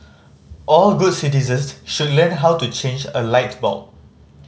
all good citizens should learn how to change a light bulb